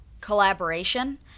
collaboration